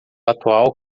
atual